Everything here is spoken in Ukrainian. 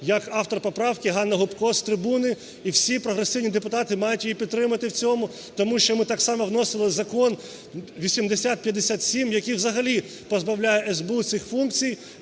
як автор поправки Ганна Гопко з трибуни. І всі прогресивні депутати мають її підтримати в цьому. Тому що ми так само вносили Закон 8057, який взагалі позбавляє СБУ цих функцій